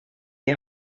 die